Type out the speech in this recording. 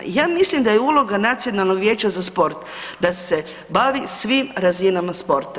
Ja mislim da je uloga Nacionalnog vijeća za sport da se bavi svim razinama sporta.